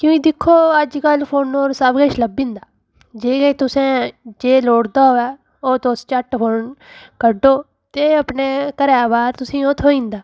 की जे दिक्खो अज्ज कल फ़ोनै उप्पर सब किश लब्भी जंदा जे जे तुसें जे लोड़दा होवै ओह् तुस झट्ट कड्ढो ते अपने घरै बाहर ओह् तुसें ई थ्होई जंदा